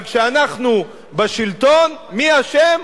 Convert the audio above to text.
אבל כשאנחנו בשלטון, מי אשם?